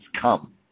come